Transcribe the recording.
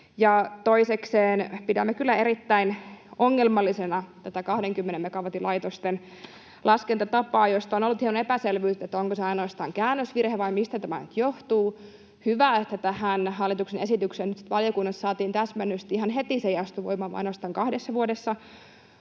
toisekseen pidämme kyllä erittäin ongelmallisena tätä 20 megawatin laitosten laskentatapaa, josta on ollut hieman epäselvyyttä, onko se ainoastaan käännösvirhe vai mistä tämä nyt johtuu. Hyvä, että tähän hallituksen esitykseen nyt sitten valiokunnassa saatiin täsmennystä: ihan heti se ei astu voimaan vaan ainoastaan kahdessa vuodessa.